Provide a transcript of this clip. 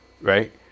right